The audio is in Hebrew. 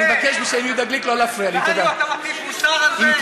לנו אתה מטיף מוסר על זה?